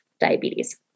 diabetes